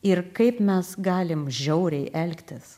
ir kaip mes galim žiauriai elgtis